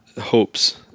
hopes